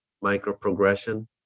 micro-progression